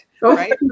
Right